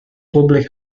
public